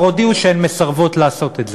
שכבר הודיעו שהן מסרבות לעשות את זה,